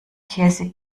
käsig